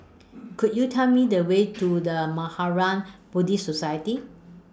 Could YOU Tell Me The Way to The Mahaprajna Buddhist Society